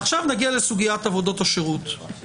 עכשיו נגיע לסוגיית עבודות השירות.